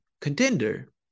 contender